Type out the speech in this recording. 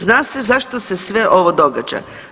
Zna se zašto se sve ovo događa.